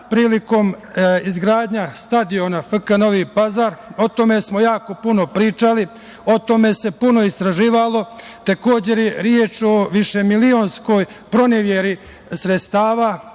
prilikom izgradnje stadiona FK Novi Pazar. O tome smo jako puno pričali, o tome se puno istraživalo. Takođe, reč je o višemilionskoj proneveri sredstava,